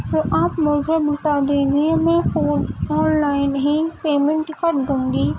تو آپ مجھے بتا دیجیے میں فون آن لائن ہی پیمنٹ کر دوں گی